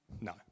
No